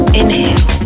inhale